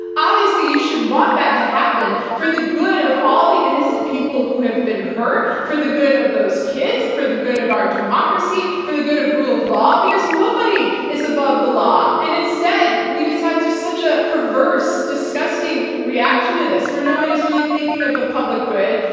obviously you should want that to happen for the good of all the innocent people who have been hurt, for the good of those kids, for the good of our democracy, for the good of rule of law, because nobody is above the law. and instead, we just have just such a perverse, disgusting reaction to this where no one is really thinking of the public good.